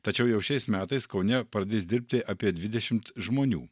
tačiau jau šiais metais kaune pradės dirbti apie dvidešimt žmonių